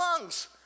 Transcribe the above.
lungs